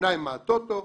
ושניים מהטוטו,